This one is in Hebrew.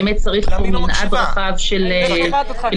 ובאמת צריך פה מנעד רחב של הסתכלות.